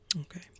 Okay